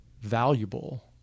valuable